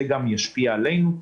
זה גם ישפיע עלינו.